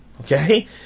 Okay